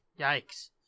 yikes